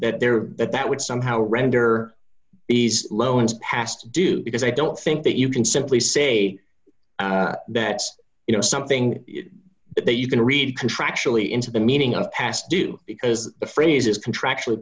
that there that that would somehow render these loans past due because i don't think that you can simply say that you know something that you can read contractually into the meaning of past due because the phrase is contractual